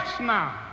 now